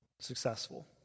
Successful